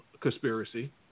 conspiracy